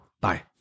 Bye